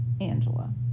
Angela